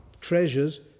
treasures